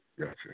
gotcha